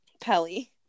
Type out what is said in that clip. Pelly